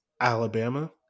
Alabama